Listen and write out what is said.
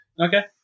Okay